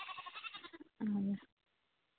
ᱚᱱᱟᱜᱮ